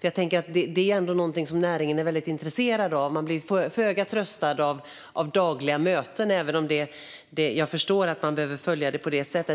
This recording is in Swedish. Jag tänker att det ändå är någonting som näringen är väldigt intresserad av. Den blir föga tröstad av dagliga möten, även om jag förstår att man behöver följa detta på det sättet.